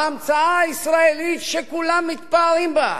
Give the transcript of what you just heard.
ההמצאה הישראלית שכולם מתפארים בה.